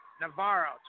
Navarro